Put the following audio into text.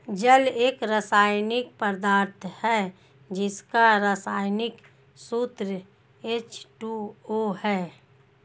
जल एक रसायनिक पदार्थ है जिसका रसायनिक सूत्र एच.टू.ओ है